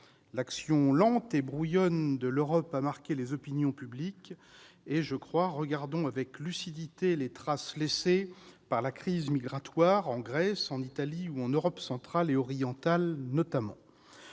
L'action lente et brouillonne de l'Europe a marqué les opinions publiques. Regardons avec lucidité les traces laissées par la crise migratoire en Grèce, en Italie ou en Europe centrale et orientale, notamment.